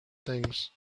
things